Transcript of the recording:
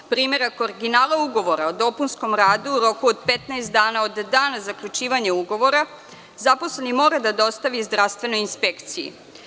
Primerak originala ugovora o dopunskom radu u roku od 15 dana od dana zaključivanja ugovora zaposleni mora da dostavi zdravstvenoj inspekciji.